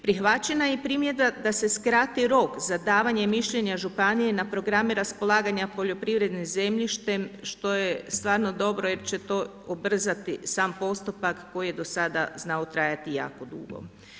Prihvaćena je i primjedba da se skrati rok za davanje mišljenja županije na programe raspolaganja poljoprivrednim zemljištem što je stvarno dobro jer će to ubrzati sam postupak koji je do sada znao trajati jako dugo.